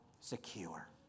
secure